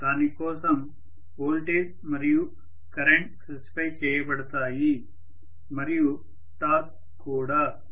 దాని కోసం వోల్టేజ్ మరియు కరెంట్ స్పెసిఫై చేయబడతాయి మరియు టార్క్ కూడా